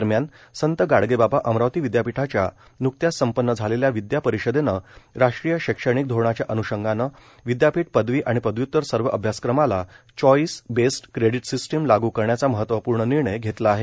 दरम्यान संत गाडगेबाबा अमरावती विद्यापीठाच्या नुकत्याच संपन्न झालेल्या विद्या परिषदेनं राष्ट्रीय शैक्षणिक धोरणाच्या अन्षंगानं विद्यापीठ पदवी आणि पदव्युतर सर्व अभ्यासक्रमाला चॉईस बेस्ड क्रेडीट सिस्टीम लागू करण्याचा महत्वपूर्ण निर्णय घेतला आहे